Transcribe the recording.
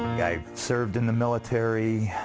i served in the military,